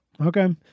Okay